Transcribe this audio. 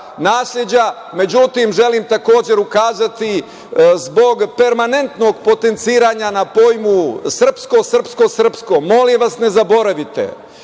nasleđa.Međutim, želim takođe da ukažem, zbog permanentnog potenciranja na pojmu srpsko, srpsko, srpsko, molim vas ne zaboravite,